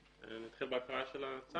נתחיל בהקראה של הצו?